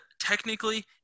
technically